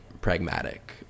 pragmatic